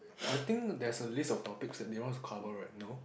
I think there's a list of topics that they want us to cover right no